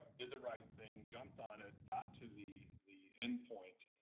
did the right thing, jumped on it, got to the the end point,